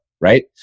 Right